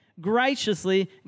graciously